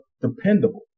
dependable